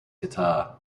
guitar